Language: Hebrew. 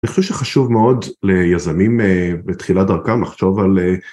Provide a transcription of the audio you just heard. אני חושב שחשוב מאוד ליזמים אה.. בתחילת דרכם לחשוב על אה...